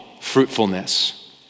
fruitfulness